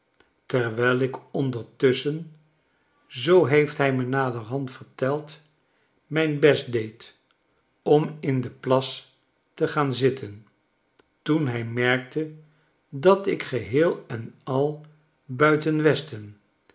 terwijl ik ondertusschen zoo heeft hij me naderhand verteld mijn best deed om in de plas te gaan zitten toen hij merkte dat ik geheel en al buiten westen